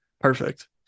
Perfect